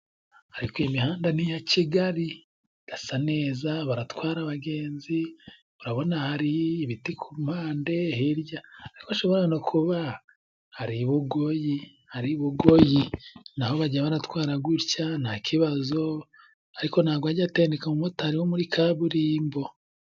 Ariko imihanda n'iya Kigali, irasa neza, baratwara abagenzi, urabona hari ibiti ku mpande hirya, ariko ashobora no kuba ari i Bugoyi, ari Bugoyi naho bajya baratwara gutya nta kibazo, ariko ntago ajya atendeka umumotari wo muri kaburimbo.